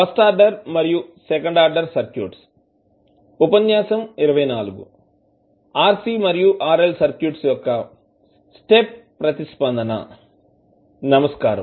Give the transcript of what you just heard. first order మరియు second order circuits ఉపన్యాసం 24 R C మరియు R L సర్క్యూట్ యొక్క స్టెప్ ప్రతిస్పందన నమస్కారం